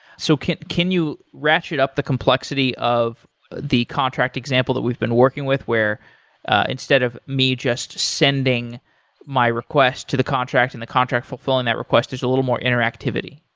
so can can you ratchet up the complexity of the contract example that we've been working with where instead of me just sending my request to the contract and the contract fulfilling that request, there's a little more interactivity?